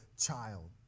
child